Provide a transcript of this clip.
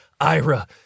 Ira